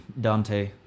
Dante